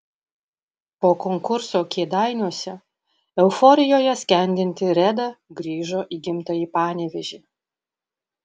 po konkurso kėdainiuose euforijoje skendinti reda grįžo į gimtąjį panevėžį